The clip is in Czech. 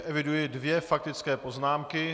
Eviduji dvě faktické poznámky.